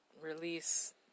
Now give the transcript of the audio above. release